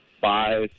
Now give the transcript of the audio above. Five